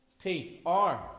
T-R